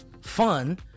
fun